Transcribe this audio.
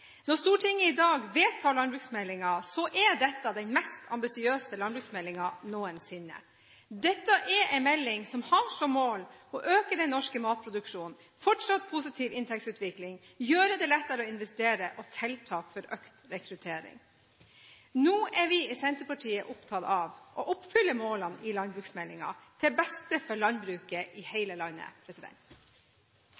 Når Stortinget i dag vedtar landbruksmeldingen, er det den mest ambisiøse landbruksmeldingen noensinne. Dette er en melding som har som mål å øke den norske matproduksjonen, fortsette den positive inntektsutviklingen, gjøre det lettere å investere og med tiltak for økt rekruttering. Nå er vi i Senterpartiet opptatt av å oppfylle målene i landbruksmeldingen, til beste for landbruket i